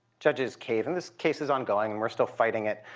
judges cave. and this case is ongoing and we're still fighting it.